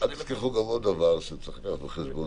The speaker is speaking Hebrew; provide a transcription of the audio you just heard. תשכחו עוד דבר שצריך לקחת בחשבון.